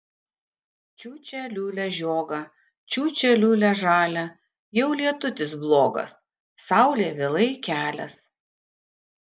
čiūčia liūlia žiogą čiūčia liūlia žalią jau lietutis blogas saulė vėlai kelias